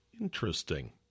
Interesting